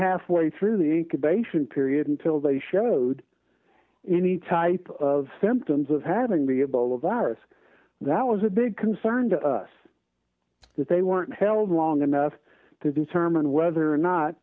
halfway through the patient period until they showed any type of symptoms of having be able a virus that was a big concern to us that they weren't held long enough to determine whether or not